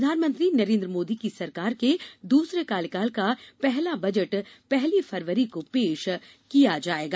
प्रधानमंत्री नरेन्द्र मोदी की सरकार के दूसरे कार्यकाल का पहला बजट पहली फरवरी को पेश किया जाएगा